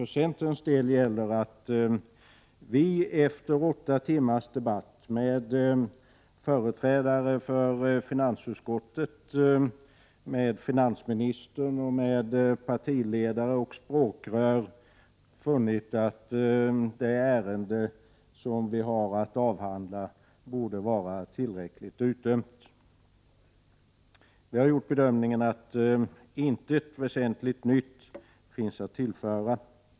För centerns del gäller att vi efter åtta timmars debatt med företrädare för finansutskottet, med finansministern, med partiledare och språkrör har funnit att det ärende som vi nu har att avhandla borde vara tillräckligt uttömt. Vi har gjort bedömningen att intet väsentligt nytt finns att tillföra.